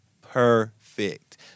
perfect